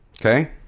Okay